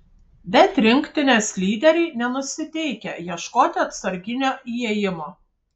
bet rinktinės lyderiai nenusiteikę ieškoti atsarginio įėjimo